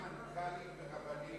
מה עם מנכ"לים ורבנים?